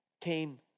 came